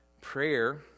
Prayer